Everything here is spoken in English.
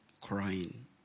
crying